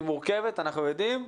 היא מורכבת, אנחנו יודעים,